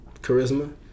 charisma